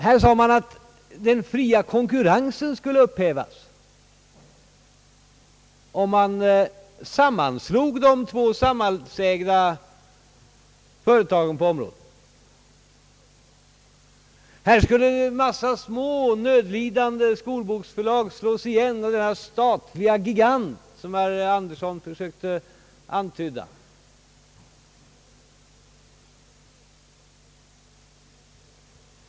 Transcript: Här sades att den fria konkurrensen skulle upphävas, om de två samhällsägda företagen på detta område sammanslogs. Vidare skulle en mängd små nödlidande skolboksförlag tvingas slå igen när denna statliga gigant kom till, något som herr Andersson här försökte antyda.